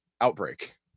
outbreak